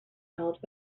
held